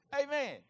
Amen